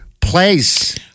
place